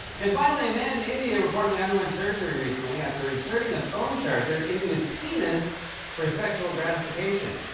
and, finally, a man in india reportedly underwent surgery recently after inserting a phone charger into his penis for sexual gratification.